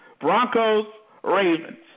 Broncos-Ravens